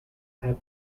have